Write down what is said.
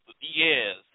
Yes